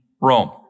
Rome